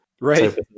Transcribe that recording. Right